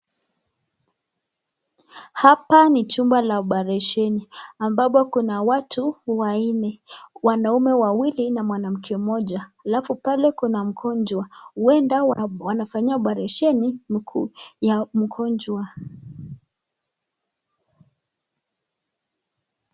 Hapa ni chumba ya oparesheni, ambapo kuna watu wawili, mwanaume mmoja na mwanamke mmoja, alafu pale kuna mgonjwa, huenda wanafanyia oparesheni mguu ya mgonjwa.